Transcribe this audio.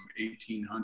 1800